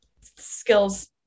skills